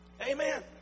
Amen